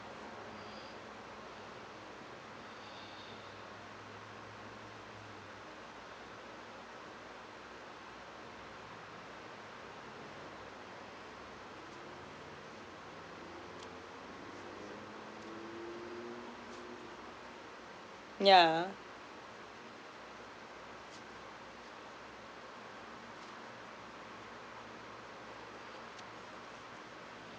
yeah